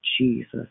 Jesus